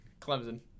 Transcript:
Clemson